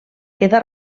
queda